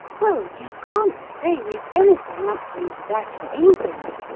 well, you can't say we've anything answering to that in england,